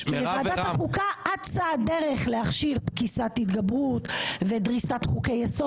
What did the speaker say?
לוועדת החוקה אצה הדרך להכשיר פסקת התגברות ודריסת חוקי יסוד